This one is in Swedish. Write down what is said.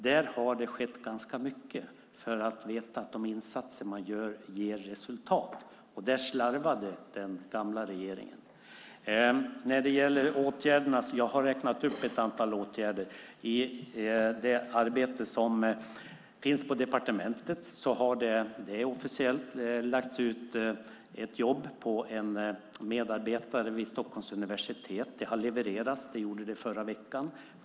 Det har skett ganska mycket för att vi ska veta att de insatser som görs ger resultat. Där slarvade den tidigare regeringen. Jag har räknat upp ett antal åtgärder. I det arbete som sker på departementet har det - och det är officiellt - lagts ut ett jobb på en medarbetare vid Stockholms universitet. Det levererades förra veckan.